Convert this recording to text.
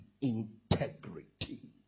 integrity